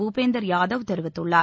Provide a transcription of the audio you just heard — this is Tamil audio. பூபேந்தர் யாதவ் தெரிவித்துள்ளார்